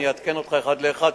אני אעדכן אותך אחד לאחד,